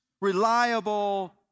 reliable